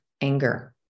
anger